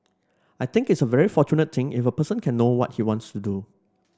I think it's a very fortunate thing if a person can know what he wants to do